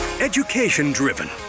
Education-driven